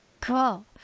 Cool